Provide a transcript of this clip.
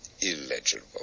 illegible